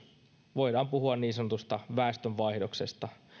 voidaan puhua niin sanotusta väestönvaihdoksesta